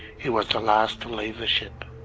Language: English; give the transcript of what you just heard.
he was the last to leave the ship.